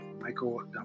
Michael